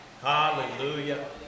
Hallelujah